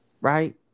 Right